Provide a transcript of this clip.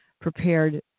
prepared